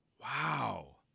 Wow